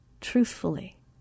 truthfully